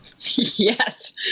Yes